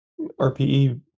RPE